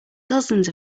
dozens